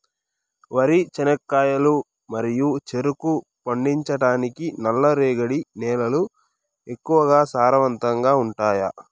వరి, చెనక్కాయలు మరియు చెరుకు పండించటానికి నల్లరేగడి నేలలు ఎక్కువగా సారవంతంగా ఉంటాయా?